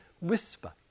whisper